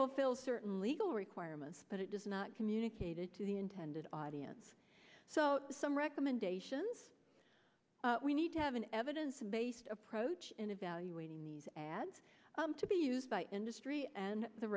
fulfills certain legal requirements but it does not communicated to the intended audience so some recommendations we need to have an evidence based approach in evaluating these ads to be used by industry and the